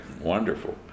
wonderful